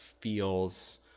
feels